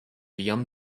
beyond